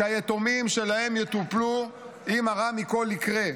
שהיתומים שלהם יטופלו אם הרע מכול יקרה.